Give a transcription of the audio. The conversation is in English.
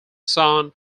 son